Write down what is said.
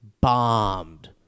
bombed